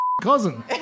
cousin